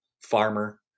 farmer